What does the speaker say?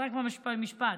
רק עוד משפט,